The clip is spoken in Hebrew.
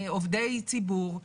עובדי ציבור,